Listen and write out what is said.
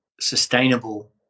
sustainable